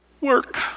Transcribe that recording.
work